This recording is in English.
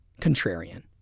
Contrarian